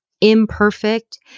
imperfect